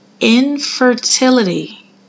infertility